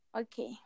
Okay